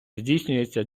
здійснюється